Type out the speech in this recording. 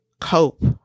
cope